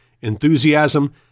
enthusiasm